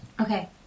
Okay